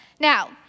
Now